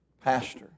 Pastor